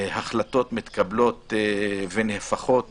החלטות מתקבלות ונהפכות